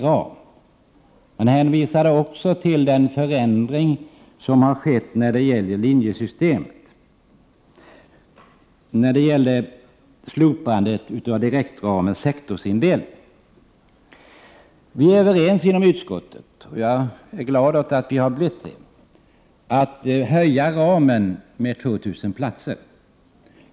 Man hänvisade också till den förändring som skett när det gäller linjesystemet och slopandet av sektorsindelningen inom direktramen. Vi är inom utskottet överens om — och jag är glad över att vi blivit det — att höja ramen med 2 000 platser.